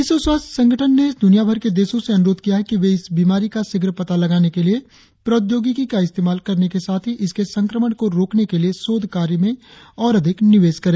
विश्व स्वास्थ्य संगठन ने दुनियाभर के देशों से अनुरोध किया है कि वे इस बीमारी का शीघ्र पता लगाने के लिए प्रौद्योगिकी का इस्तेमाल करने के साथ ही इसके संक्रमण को रोकने के लिए शोध कार्य में और अधिक निवेश करें